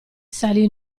salì